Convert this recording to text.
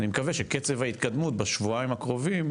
אני מקווה שקצב ההתקדמות בשבועיים הקרובים,